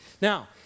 Now